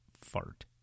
fart